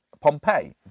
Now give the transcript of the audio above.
Pompeii